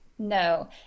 No